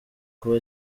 kuba